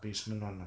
basement one ah